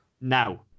Now